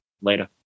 later